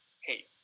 hey